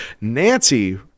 nancy